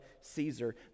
Caesar